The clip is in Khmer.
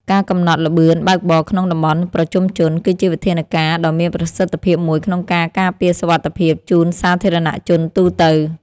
ការកំណត់ល្បឿនបើកបរក្នុងតំបន់ប្រជុំជន គឺជាវិធានការដ៏មានប្រសិទ្ធភាពមួយក្នុងការការពារសុវត្ថិភាពជូនសាធារណជនទូទៅ។